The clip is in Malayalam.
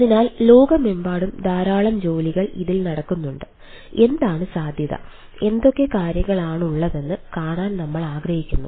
അതിനാൽ ലോകമെമ്പാടും ധാരാളം ജോലികൾ ഇതിൽ നടക്കുന്നുണ്ട് എന്താണ് സാധ്യത എന്തൊക്കെ കാര്യങ്ങളാണുള്ളതെന്ന് കാണാൻ നമ്മൾ ആഗ്രഹിക്കുന്നു